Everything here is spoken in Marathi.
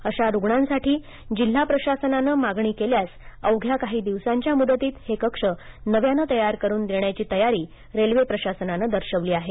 अशा रुग्णांसाठी जिल्हा प्रशासनानं मागणी केल्यास अवघ्या काही दिवसांच्या मुदतीत हे कक्ष नव्यानं तयार करून देण्याची तयारी रेल्वे प्रशासनानं दर्शवली आहे